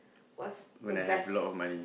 what's the best